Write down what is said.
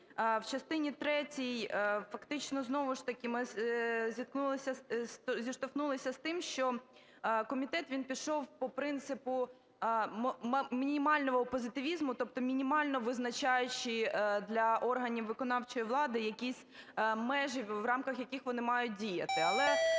В частині третій фактично знову ж таки ми зіштовхнулися з тим, що комітет, він пішов по принципу мінімального позитивізму, тобто мінімально визначаючи для органів виконавчої влади якісь межі, в рамках яких вони мають діяти.